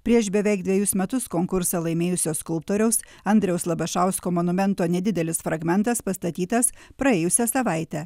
prieš beveik dvejus metus konkursą laimėjusio skulptoriaus andriaus labašausko monumento nedidelis fragmentas pastatytas praėjusią savaitę